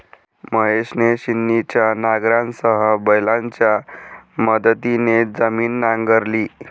महेशने छिन्नीच्या नांगरासह बैलांच्या मदतीने जमीन नांगरली